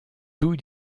tout